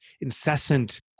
incessant